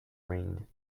ring